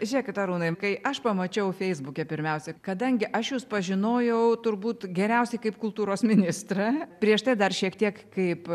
žiūrėkit arūnai kai aš pamačiau feisbuke pirmiausia kadangi aš jus pažinojau turbūt geriausiai kaip kultūros ministrą prieš tai dar šiek tiek kaip